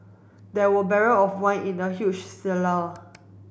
there were barrel of wine in the huge cellar